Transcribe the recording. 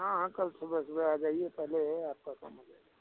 हाँ हाँ कल सुबह सुबह आ जाइए पहले आपका काम हो जाएगा